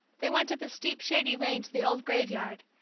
they went up a steep shady lane to the old graveyard,